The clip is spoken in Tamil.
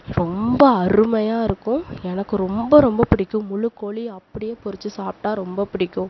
ரொம்ப அருமையாக இருக்கும் எனக்கு ரொம்ப ரொம்ப பிடிக்கும் முழு கோழியை அப்படியே பொறித்து சாப்பிட்டா ரொம்ப பிடிக்கும்